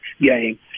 game